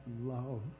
love